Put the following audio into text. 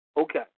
Okay